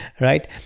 right